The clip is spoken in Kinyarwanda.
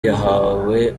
yahawe